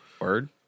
Word